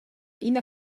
ina